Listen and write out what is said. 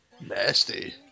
Nasty